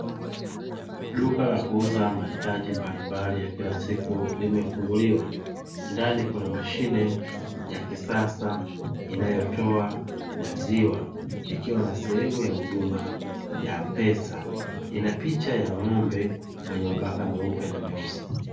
Duka la kuuza mahitaji mbalimbali ya kila siku limefunguliwa, ndani kuna mashine ya kisasa inayotoa maziwa ikiwa na sehemu ya huduma ya pesa ina picha ya ng'ombe wenye mabaka meupe na meusi.